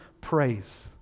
praise